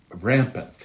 rampant